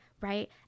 Right